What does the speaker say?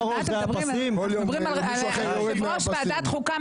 לזרוק אותם